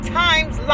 times